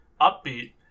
upbeat